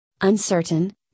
uncertain